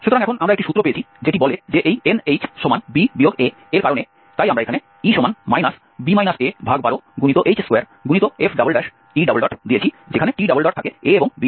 সুতরাং এখন আমরা একটি সূত্র পেয়েছি যেটি বলে যে এই nhb a এর কারনে তাই আমরা এখানে E b a12h2f দিয়েছি যেখানে t থাকে a এবং b এর মধ্যে